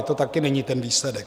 To taky není ten výsledek.